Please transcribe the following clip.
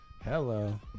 hello